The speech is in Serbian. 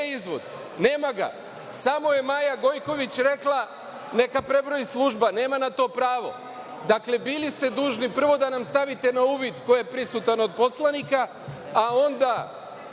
izvod? Nema ga. Samo je Maja Gojković rekla – neka prebroji služba. Nema na to pravo. Dakle, bili ste dužni prvo da nam stavite na uvid ko je prisutan od poslanika, a onda